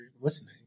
listening